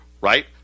Right